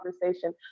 conversation